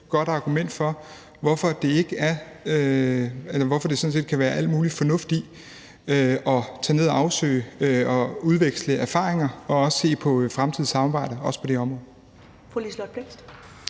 godt argument for, at der sådan set kan være al mulig fornuft i at tage ned og afsøge muligheder, udveksle erfaringer og også se på et fremtidigt samarbejde, også på det område.